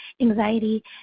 anxiety